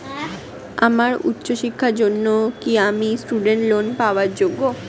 আমার উচ্চ শিক্ষার জন্য কি আমি স্টুডেন্ট লোন পাওয়ার যোগ্য?